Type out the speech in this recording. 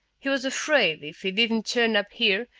he was afraid, if he didn't turn up here,